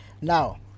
Now